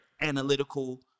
analytical